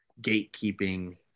gatekeeping